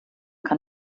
kann